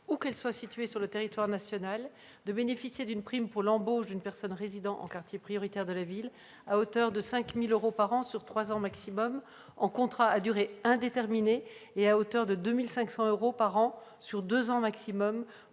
où qu'elle soit située sur le territoire national, de bénéficier d'une prime pour l'embauche d'une personne résidant en quartier prioritaire de la politique de la ville, à hauteur de 5 000 euros par an pendant trois ans maximum en contrat à durée indéterminée et à hauteur de 2 500 euros par an durant deux ans maximum